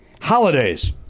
holidays